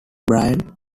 brian